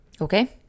Okay